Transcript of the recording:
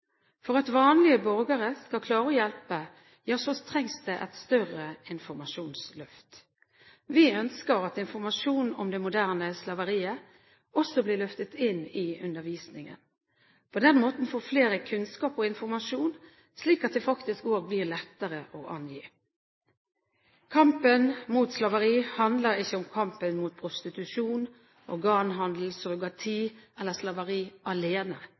For at vanlige borgere skal klare å hjelpe, trengs det et større informasjonsløft. Vi ønsker at informasjon om det moderne slaveriet også blir løftet inn i undervisningen. På den måten får flere kunnskap og informasjon, slik at det faktisk også blir lettere å angi. Kampen mot menneskehandel handler ikke om kampen mot prostitusjon, organhandel, surrogati eller slaveri alene,